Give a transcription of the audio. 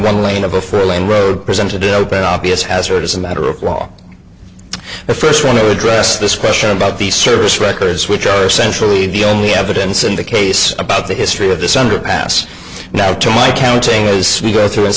one lane of a fair lane presented a open obvious hazard as a matter of law but first want to address this question about the service records which are essentially the only evidence in the case about the history of this underpass now to my counting as some go through